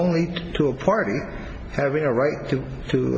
only to a party having a right to